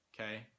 okay